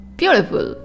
beautiful